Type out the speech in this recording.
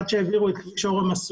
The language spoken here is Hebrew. עד שהעבירו את כביש משואה,